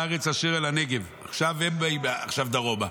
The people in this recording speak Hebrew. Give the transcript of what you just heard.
באים דרומה.